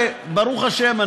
וברוך השם,